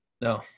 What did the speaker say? No